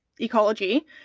ecology